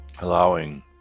Allowing